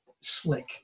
slick